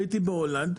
הייתי בהולנד,